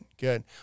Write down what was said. Good